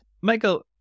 Michael